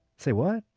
say, what?